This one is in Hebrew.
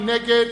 מי נגד?